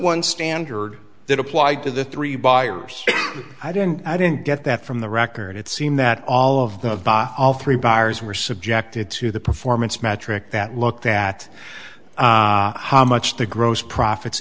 one standard that applied to the three buyers i didn't i didn't get that from the record it seemed that all of the three buyers were subjected to the performance metric that looked at how much the gross profits